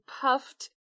puffed